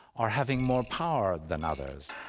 or having more power than others,